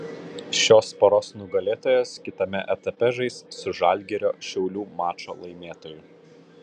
šios poros nugalėtojas kitame etape žais su žalgirio šiaulių mačo laimėtoju